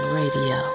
radio